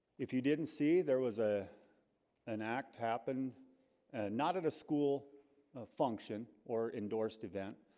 if you didn't see there was a an act happen not at a school function or endorsed event,